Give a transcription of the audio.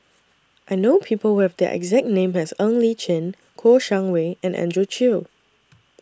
I know People Who Have The exact name as Ng Li Chin Kouo Shang Wei and Andrew Chew